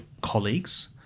colleagues